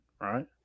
right